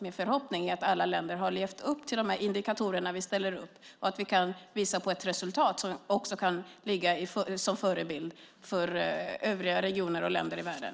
Min förhoppning är att alla länder har levt upp till kraven i de indikatorer som vi satt upp och att vi kan visa på ett resultat som kan vara förebild för övriga regioner och länder i världen.